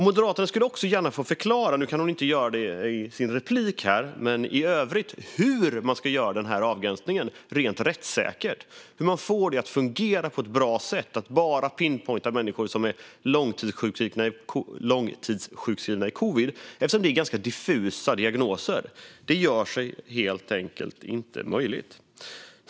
Moderaterna skulle också gärna få förklara - nu kan Maria Malmer Stenergard inte göra det i en replik här, men i övrigt - hur man ska göra denna avgränsning rättssäkert och hur man får det att fungera på ett bra sätt om man bara ska pinpointa människor som är långtidssjukskrivna i covid. Det rör sig om ganska diffusa diagnoser och är därför helt enkelt inte möjligt.